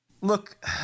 Look